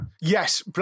Yes